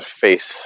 face